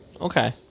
Okay